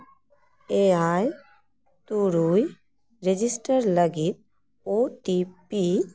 ᱮᱭᱟᱭ ᱛᱩᱨᱩᱭ ᱨᱮᱡᱤᱥᱴᱟᱨ ᱞᱟᱹᱜᱤᱫ ᱳ ᱴᱤ ᱯᱤ